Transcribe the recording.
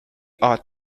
ought